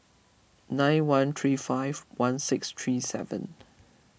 nine one three five one six three seven